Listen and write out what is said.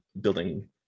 building